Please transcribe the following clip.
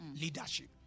leadership